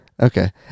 Okay